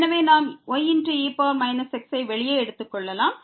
எனவே நாம் ye x ஐ வெளியே எடுத்துக் கொள்ளலாம்